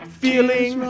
feeling